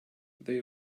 they